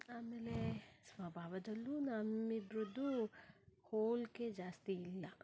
ಆಮೇಲೆ ಸ್ವಭಾವದಲ್ಲೂ ನಮ್ಮಿಬ್ರದ್ದು ಹೋಲಿಕೆ ಜಾಸ್ತಿ ಇಲ್ಲ